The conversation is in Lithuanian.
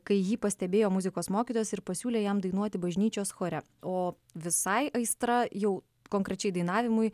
kai jį pastebėjo muzikos mokytojas ir pasiūlė jam dainuoti bažnyčios chore o visai aistra jau konkrečiai dainavimui